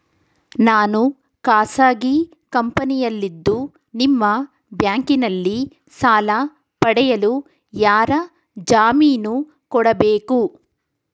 ನಾನು ಖಾಸಗಿ ಕಂಪನಿಯಲ್ಲಿದ್ದು ನಿಮ್ಮ ಬ್ಯಾಂಕಿನಲ್ಲಿ ಸಾಲ ಪಡೆಯಲು ಯಾರ ಜಾಮೀನು ಕೊಡಬೇಕು?